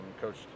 Coach